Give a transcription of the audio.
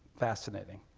fascinating.